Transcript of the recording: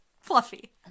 fluffy